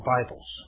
Bibles